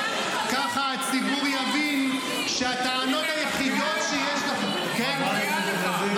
ככה הציבור יבין שהטענות היחידות שיש ------ היא מקריאה לך.